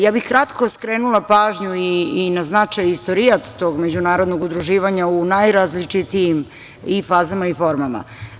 Ja bih kratko skrenula pažnju i na značaj i istorijat tog međunarodnog udruživanja u najrazličitijim i fazama i formama.